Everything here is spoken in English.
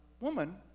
Woman